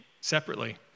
separately